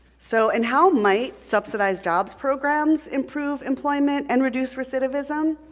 so, and how might subsidized jobs programs improve employment and reduce recidivism?